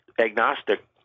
agnostic